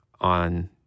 on